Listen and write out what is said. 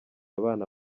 abana